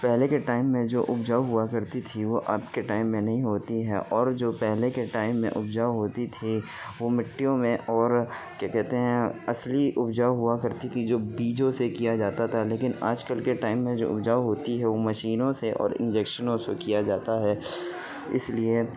پہلے کے ٹائم میں جو اپجاؤ ہوا کرتی تھی وہ اب کے ٹائم میں نہیں ہوتی ہے اور جو پہلے کے ٹائم میں اپجاؤ ہوتی تھی وہ مٹیوں میں اور کیا کہتے ہیں اصلی اپجاؤ ہوا کرتی تھی جو بیجوں سے کیا جاتا تھا لیکن آج کل کے ٹائم میں جو اپجاؤ ہوتی ہے وہ مشینوں سے اور انجیکشنوں سے کیا جاتا ہے اس لیے